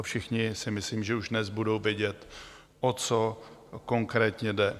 Všichni, si myslím, že už dnes budou vědět, o co konkrétně jde.